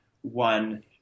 one